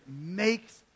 makes